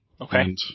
Okay